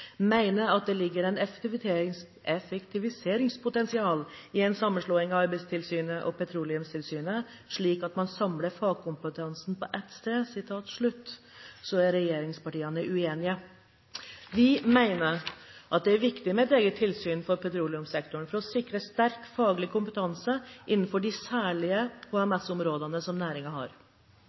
det ligger et effektiviseringspotensial i en sammenslåing av Arbeidstilsynet og Petroleumstilsynet, slik at man samler fagkompetansen på ett sted». Regjeringspartiene er uenig i dette. Vi mener at det er viktig med et eget tilsyn for petroleumssektoren for å sikre sterk faglig kompetanse innenfor de særlige HMS-områdene næringen har. Vårt funksjonsbaserte regelverk stiller veldig store krav til høy kompetanse hos de som